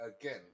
again